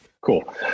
cool